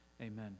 Amen